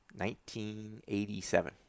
1987